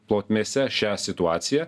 plotmėse šią situaciją